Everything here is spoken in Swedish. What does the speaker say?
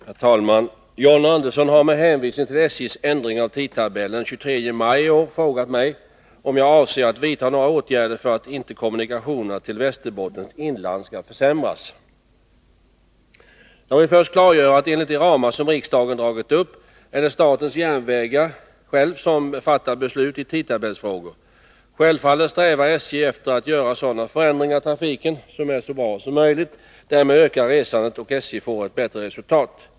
Herr talman! John Andersson har med hänvisning till SJ:s ändring av tidtabellen den 23 maj i år frågat mig om jag avser att vidta några åtgärder för att kommunikationerna till Västerbottens inland inte skall försämras. Jag vill först klargöra att enligt de ramar som riksdagen dragit upp är det statens järnvägar självt som fattar beslut i tidtabellsfrågor. Självfallet strävar SJ efter att göra sådana förändringar i trafiken som är så bra som möjligt. Därmed ökar resandet och SJ får ett bättre resultat.